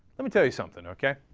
let me tell you something, o k?